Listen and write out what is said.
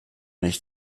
nicht